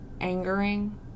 angering